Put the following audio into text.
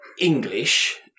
English